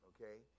Okay